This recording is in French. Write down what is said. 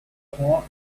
comprend